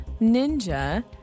Ninja